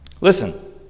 Listen